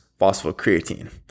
phosphocreatine